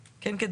ימים.